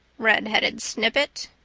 redheaded snippet,